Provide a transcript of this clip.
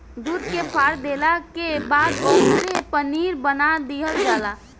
दूध के फार देला के बाद ओकरे पनीर बना दीहल जला